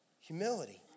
Humility